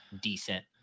decent